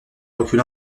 recul